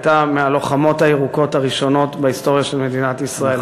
הייתה מהלוחמות הירוקות הראשונות בהיסטוריה של מדינת ישראל,